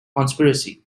conspiracy